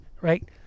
Right